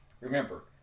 Remember